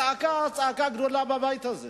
היתה צעקה גדולה בבית הזה